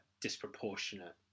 disproportionate